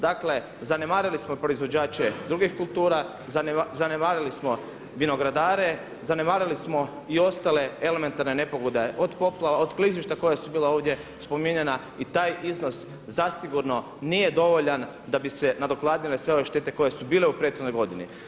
Dakle, zanemarili smo proizvođače drugih kultura, zanemarili smo vinogradare, zanemarili smo i ostale elementarne nepogode od poplava, od klizišta koja su bila ovdje spominjana i taj iznos zasigurno nije dovoljan da bi se nadoknadile sve ove štete koje su bile u prethodnoj godini.